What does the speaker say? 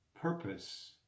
purpose